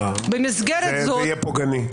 זה יהיה פוגעני.